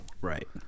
right